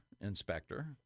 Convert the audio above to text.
inspector